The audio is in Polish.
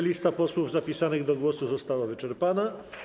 Lista posłów zapisanych do głosu została wyczerpana.